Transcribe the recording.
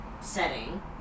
setting